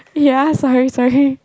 ya sorry sorry